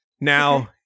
Now